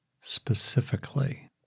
specifically